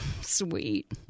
sweet